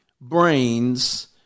brains